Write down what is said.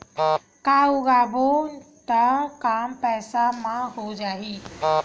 का उगाबोन त कम पईसा म हो जाही?